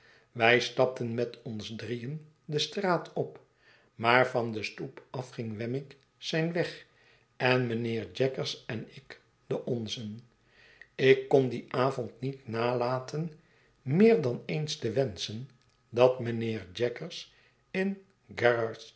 wij stapten met ons drieen de straat op maar van de stoep af ging wemmick zijn weg en mijnheer jaggers en ik den onzen ik kon dien avond niet nalaten meer dan eens te wenschen dat mijnheer jaggers in